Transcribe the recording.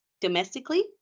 domestically